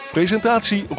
Presentatie